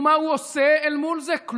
ומה הוא עושה מול זה?